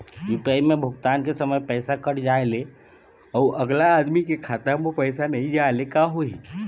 UPI म भुगतान के समय पैसा कट जाय ले, अउ अगला आदमी के खाता म पैसा नई जाय ले का होही?